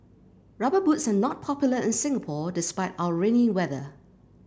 rubber boots are not popular in Singapore despite our rainy weather